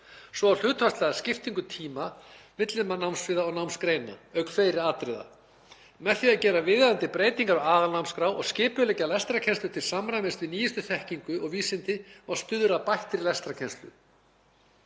svo og hlutfallslega skiptingu tíma milli námssviða og námsgreina, auk fleiri atriða. Með því að gera viðeigandi breytingar á aðalnámskrá og skipuleggja lestrarkennslu til samræmis við nýjustu þekkingu og vísindi má stuðla að bættri lestrarkennslu.